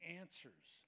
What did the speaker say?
answers